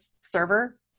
server